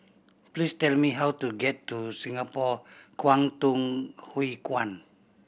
please tell me how to get to Singapore Kwangtung Hui Kuan